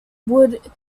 would